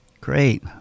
Great